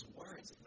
words